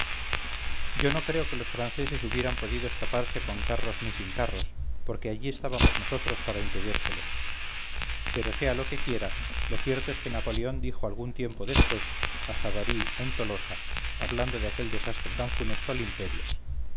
yo no creo que los franceses hubieran podido escaparse con carros ni sin carros porque allí estábamos nosotros para impedírselo pero sea lo que quiera lo cierto es que napoleón dijo algún tiempo después a savary en tolosa hablando de aquel desastre tan funesto al imperio